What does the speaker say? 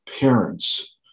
parents